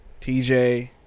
TJ